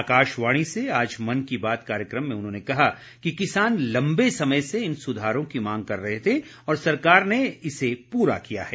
आकाशवाणी से आज मन की बात कार्यक्रम में उन्होंने कहा कि किसान लम्बे समय से इन सुधारों की मांग कर रहे थे और सरकार ने इसे पूरा किया है